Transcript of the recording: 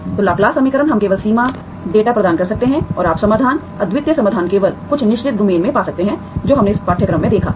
तो लाप्लास समीकरण हम केवल सीमा डेटा प्रदान कर सकते हैं और आप समाधान अद्वितीय समाधान केवल कुछ निश्चित डोमेन में पा सकते हैं जो हमने इस पाठ्यक्रम में देखा है